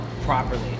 properly